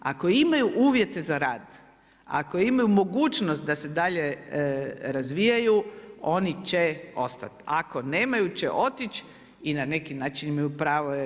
Ako imaju uvjete za rad, ako imaju mogućnost da se dalje razvijaju oni će ostat, ako nemaju će otići i na neki način imaju pravo.